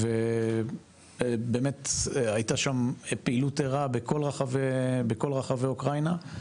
ובאמת הייתה שם פעילות ערה בכל רחבי אוקראינה,